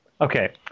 Okay